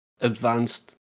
advanced